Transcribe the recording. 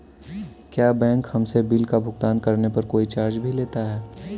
क्या बैंक हमसे बिल का भुगतान करने पर कोई चार्ज भी लेता है?